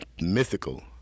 mythical